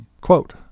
Quote